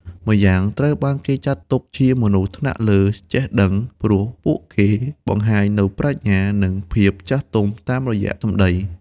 ម្យ៉ាងត្រូវបានគេចាត់ទុកជាមនុស្សថ្នាក់លើចេះដឹង ព្រោះពួកគេបង្ហាញនូវប្រាជ្ញា និងភាពចាស់ទុំតាមរយៈសម្ដី។